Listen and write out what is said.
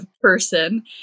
person